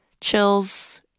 chills